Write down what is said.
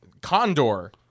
Condor